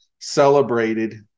celebrated